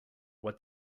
what